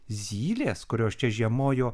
zylės kurios čia žiemojo